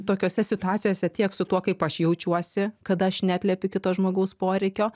tokiose situacijose tiek su tuo kaip aš jaučiuosi kad aš neatliepiu kito žmogaus poreikio